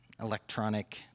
electronic